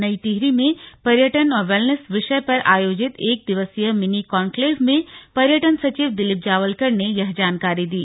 नई टिहरी में पर्यटन और वैलनेस विषय पर आयोजित एक दिवसीय मिनी कानक्लेव में पर्यटन सचिव दिलीप जावलकर ने यह जानकारी दी